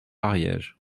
ariège